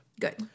Good